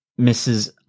Mrs